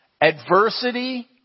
adversity